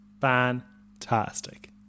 fantastic